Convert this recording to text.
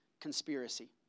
conspiracy